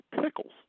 pickles